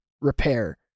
repair